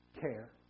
care